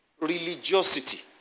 religiosity